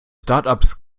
startups